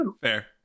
fair